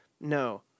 no